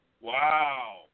Wow